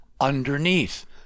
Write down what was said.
underneath